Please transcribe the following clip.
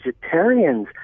vegetarians